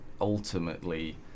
ultimately